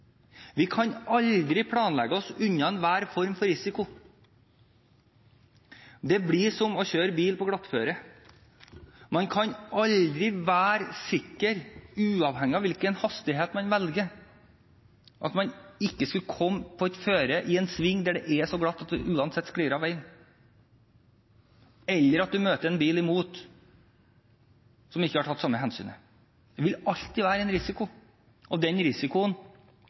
vi kan aldri planlegge oss unna enhver form for risiko. Det blir som å kjøre bil på glatt føre. Man kan aldri være sikker på, uavhengig av hvilken hastighet man velger, at man ikke kan komme inn i en sving der det er så glatt at man uansett sklir av veien, eller at man møter en bil imot som ikke har tatt samme hensyn. Det vil alltid være en risiko, og den risikoen